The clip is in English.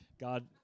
God